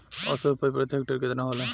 औसत उपज प्रति हेक्टेयर केतना होला?